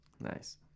Nice